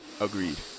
Agreed